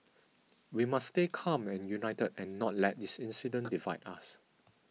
we must stay calm and united and not let this incident divide us